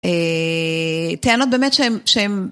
אה.. טענות באמת שהם הם